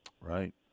Right